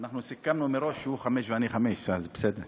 אנחנו סיכמנו מראש שהוא חמש ואני חמש, אז בסדר.